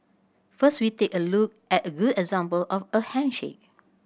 first we take a look at a good example of a handshake